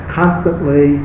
constantly